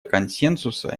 консенсуса